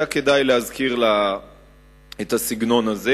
היה כדאי להזכיר לה את הסגנון הזה.